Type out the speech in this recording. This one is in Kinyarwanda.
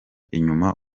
inyuma